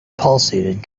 pulsated